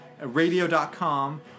radio.com